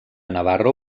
navarro